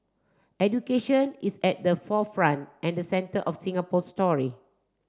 education is at the forefront and centre of Singapore story